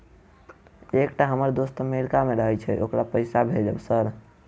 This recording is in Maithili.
एकटा हम्मर दोस्त अमेरिका मे रहैय छै ओकरा पैसा भेजब सर?